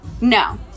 No